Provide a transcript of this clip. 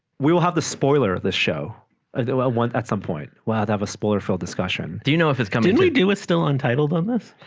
we will have the spoiler of this show ah i want at some point well i'd have a spoiler field discussion do you know if it's coming and we do is still untitled on this